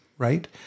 right